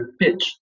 pitch